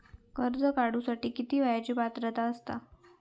कर्ज काढूसाठी किती वयाची पात्रता असता?